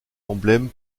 emblème